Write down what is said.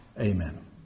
amen